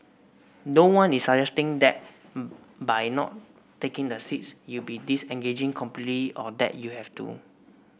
no one is suggesting that by not taking the seats you'd be disengaging completely or that you have to